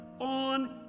on